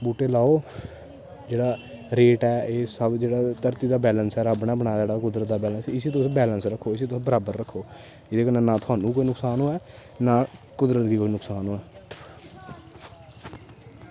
बूह्टे लाओ जेह्ड़ा रेट ऐ एह् सब जेह्ड़ा धरती दा बैलैंस ऐ रब्ब ने बनाए दा जेह्ड़ा कुदरत दा बनाए दा इसी तुस बैलैंस रक्खो इसी तुस बराबर रक्खो जेह्दे कन्नै नां थोआनू कोई नुकसान होऐ ना कुदरत गी कोई नकसान होऐ